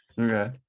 okay